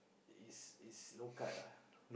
is is low cut lah